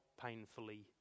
painfully